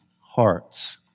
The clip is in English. hearts